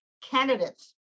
candidates